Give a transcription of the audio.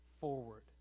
forward